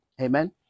Amen